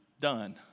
done